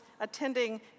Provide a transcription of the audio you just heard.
attending